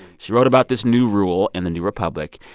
she wrote about this new rule in the new republic,